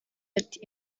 ati